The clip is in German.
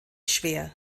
schwer